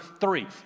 three